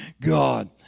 God